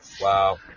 wow